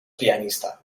pianista